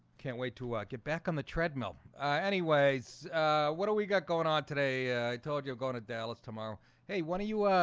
can't wait to get back on the treadmill anyways what do we got going on today? i told you going to dallas tomorrow hey, what are you? ah,